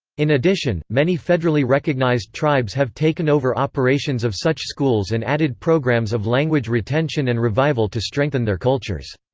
in addition, many federally recognized tribes have taken over operations of such schools and added programs of language retention and revival to strengthen their cultures.